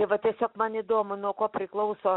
tai va tiesiog man įdomu nuo ko priklauso